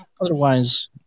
otherwise